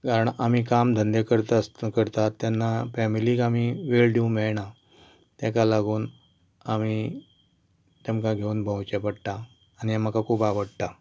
कारण आमी काम धंदे करतात आसत करता तेन्ना फेमिलीक आमी वेळ दिवंक मेळना ताका लागून आमी तेमकां घेवन भोंवचें पडटा आनी हें म्हाका खूब आवडटा